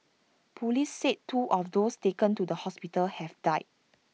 Police said two of those taken to the hospital have died